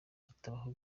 hatabaho